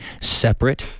separate